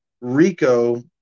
Rico